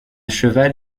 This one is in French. cheval